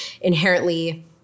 inherently